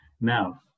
Now